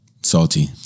Salty